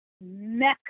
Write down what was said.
Mecca